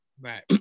right